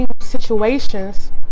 situations